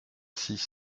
six